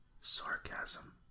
sarcasm